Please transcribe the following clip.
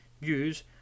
use